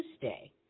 Tuesday